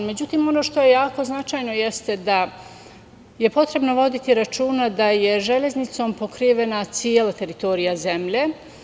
Ono što je jako značajno jeste da je potrebno voditi računa da je železnicom pokrivena cela teritorija zemlje.